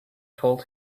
told